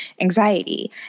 anxiety